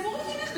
זה מוריד ממך,